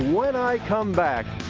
when i come back.